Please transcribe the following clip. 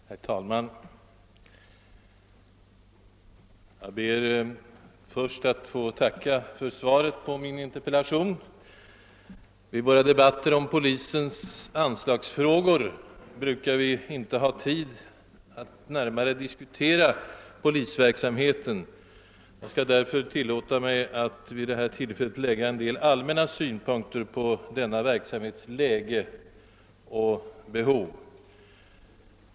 Herr talman! Jag ber först att få tacka för svaret på min interpellation. I våra debatter om polisens anslagsfrågor brukar vi inte ha tid att närmare diskutera polisverksamheten. Jag skall därför tillåta mig att vid detta tillfälle lägga en del allmänna synpunkter på denna verksamhets läge och behov.